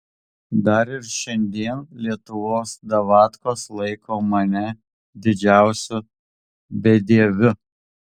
dar ir šiandien lietuvos davatkos laiko mane didžiausiu bedieviu